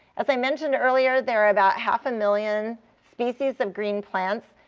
as i mentioned earlier, there about half a million species of green plants.